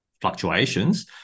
fluctuations